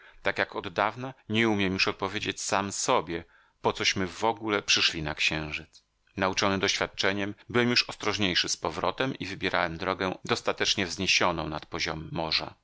tak jak oddawna nie umiem już odpowiedzieć sam sobie pocośmy w ogóle przyszli na księżyc nauczony doświadczeniem byłem już ostrożniejszy z powrotem i wybierałem drogę dostatecznie wzniesioną nad poziom morza